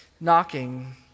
knocking